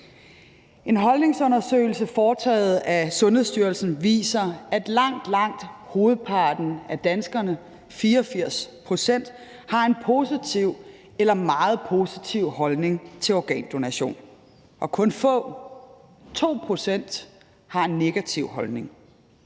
En holdningsundersøgelse foretaget af Sundhedsstyrelsen viser, at langt, langt hovedparten af danskerne, nemlig 84 pct., har en positiv eller meget positiv holdning til organdonation, og kun få, nemlig 2 pct., har en negativ holdning.